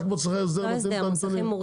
רק מוסכי הסדר נותנים את הנתונים?